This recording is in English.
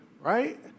right